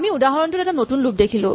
আমি উদাহৰণটোত এটা নতুন লুপ দেখিলো